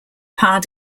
pas